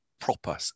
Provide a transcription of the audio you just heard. proper